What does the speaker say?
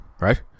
right